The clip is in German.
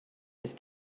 ist